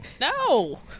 No